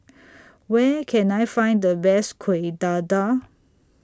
Where Can I Find The Best Kuih Dadar